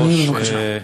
אדוני, בבקשה.